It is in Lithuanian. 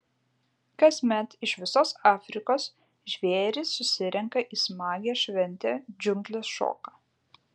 kasmet iš visos afrikos žvėrys susirenka į smagią šventę džiunglės šoka